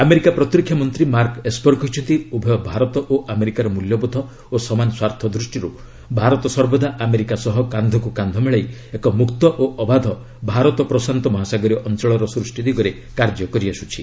America ପ୍ରତିରକ୍ଷା ମନ୍ତ୍ରୀ Mark Esper କହିଛନ୍ତି ଉଭୟ ଭାରତ ଓ ଆମେରିକାର ମୂଲ୍ୟବୋଧ ଓ ସମାନ ସ୍ୱାର୍ଥ ଦୃଷ୍ଟିରୁ ଭାରତ ସର୍ବଦା ଆମେରିକା ସହ କାନ୍ଧକୁ କାନ୍ଧ ମିଳାଇ ଏକ ମୁକ୍ତ ଓ ଅବାଧ ଭାରତ ପ୍ରଶାନ୍ତ ମହାସାଗରୀୟ ଅଞ୍ଚଳର ସୃଷ୍ଟି ଦିଗରେ କାର୍ଯ୍ୟକରି ଆସୁଛି